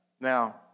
Now